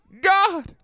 God